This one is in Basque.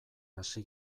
hasi